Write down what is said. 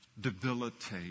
debilitate